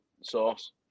sauce